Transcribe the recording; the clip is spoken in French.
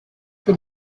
que